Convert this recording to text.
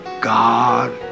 God